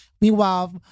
Meanwhile